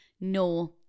No